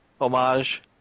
homage